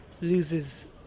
loses